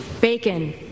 Bacon